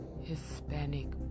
Hispanic